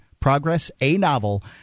progressanovel